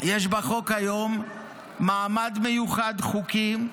יש בחוק היום מעמד מיוחד חוקי,